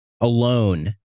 alone